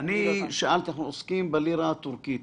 עוסקים בלירה הטורקית.